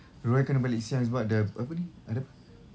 roy yang kena balik siang sebab ada apa ni ada apa